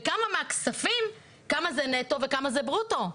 וכמה מהכספים, כמה זה נטו, וכמה זה ברוטו.